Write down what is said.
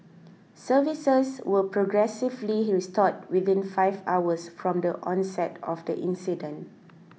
services were progressively restored within five hours from the onset of the incident